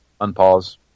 unpause